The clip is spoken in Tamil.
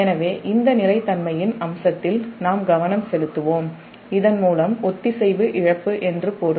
எனவே இந்த நிலைத்தன்மையின் அம்சத்தில் நாம் கவனம் செலுத்துவோம் இதன் மூலம் கணினியை நிலையற்றதாக மாற்ற ஒத்திசைவு இழப்பு என்று பொருள்